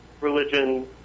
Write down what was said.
religion